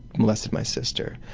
molested my sister.